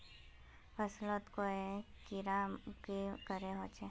फसलोत पोका या कीड़ा की करे होचे?